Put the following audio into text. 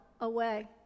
away